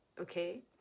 Okay